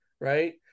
right